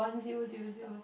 six thou~